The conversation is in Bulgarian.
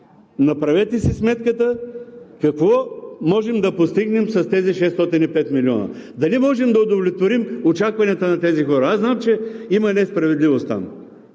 направете си сметката какво можем да постигнем с тези 605 милиона – дали можем да удовлетворим очакванията на тези хора? Аз знам, че има несправедливост там,